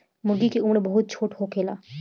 मूर्गी के उम्र बहुत छोट होखेला